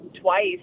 twice